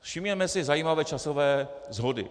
Všimněme si zajímavé časové shody.